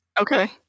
Okay